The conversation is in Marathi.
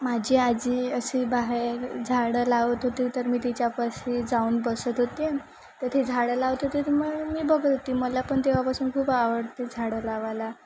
माझी आजी अशी बाहेर झाडं लावत होती तर मी तिच्यापाशी जाऊन बसत होते तर ते झाडं लावत होते तर मग मी बघत होती मला पण तेव्हापासून खूप आवडते झाडं लावायला